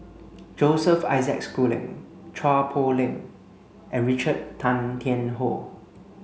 Joseph Isaac Schooling Chua Poh Leng and Richard Tay Tian Hoe